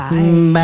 Bye